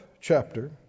chapter